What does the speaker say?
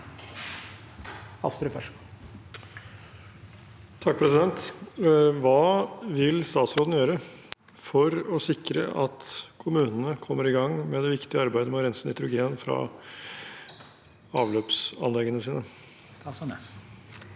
Hva vil statsråden gjøre for å sikre at kommunene kommer i gang med det viktige arbeidet med å rense nitrogen fra avløpsanleggene sine?